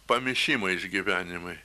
pamišimo išgyvenimai